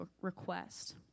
request